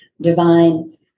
divine